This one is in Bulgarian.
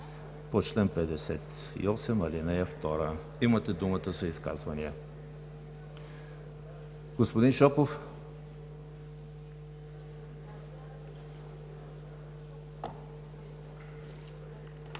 по чл. 58, ал. 2. Имате думата за изказвания. Господин Шопов.